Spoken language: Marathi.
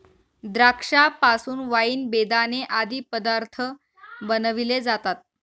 द्राक्षा पासून वाईन, बेदाणे आदी पदार्थ बनविले जातात